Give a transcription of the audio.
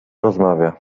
rozmawia